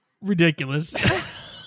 Ridiculous